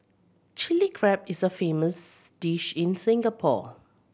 Chilli Crab is a famous dish in Singapore